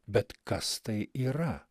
bet kas tai yra